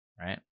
right